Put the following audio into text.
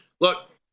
look